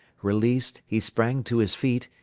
released, he sprang to his feet,